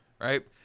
right